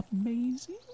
Amazing